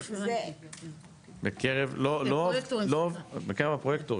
בקרב הפרויקטורים,